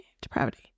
depravity